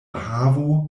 havo